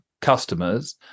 customers